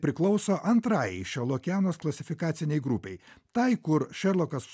priklauso antrajai šerlokianos klasifikacinei grupei tai kur šerlokas